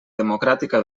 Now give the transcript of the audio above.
democràtica